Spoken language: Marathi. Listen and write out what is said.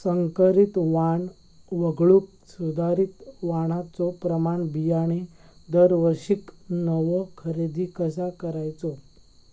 संकरित वाण वगळुक सुधारित वाणाचो प्रमाण बियाणे दरवर्षीक नवो खरेदी कसा करायचो?